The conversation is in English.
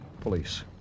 police